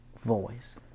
voice